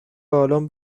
بالن